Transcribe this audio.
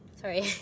Sorry